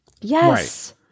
Yes